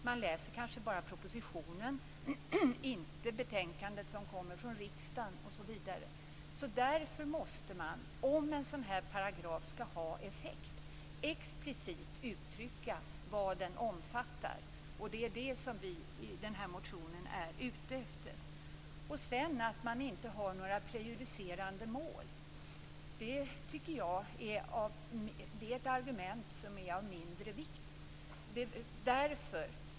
Man kanske bara läser propositionen och inte det betänkande som kommer från riksdagen osv. Om en sådan här paragraf skall ha effekt måste man därför explicit uttrycka vad den omfattar. Det är det som vi är ute efter i den här motionen. Att man inte har några prejudicerande mål tycker jag är ett argument som är av mindre vikt.